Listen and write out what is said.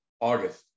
August